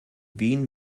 wien